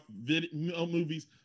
movies